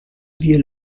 vieux